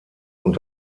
und